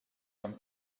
from